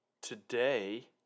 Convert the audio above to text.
Today